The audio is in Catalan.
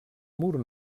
mur